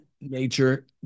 nature